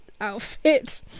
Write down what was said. outfit